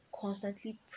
constantly